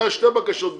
אפשר שתי בקשות בישיבה.